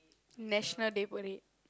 National Day Parade